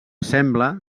sembla